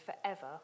forever